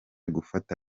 gufata